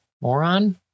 Moron